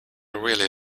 really